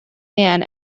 man